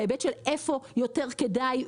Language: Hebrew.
בהיבט של איפה יותר כדאי,